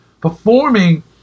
performing